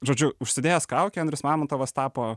žodžiu užsidėjęs kaukę andrius mamontovas tapo